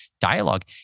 dialogue